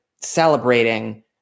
celebrating